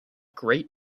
great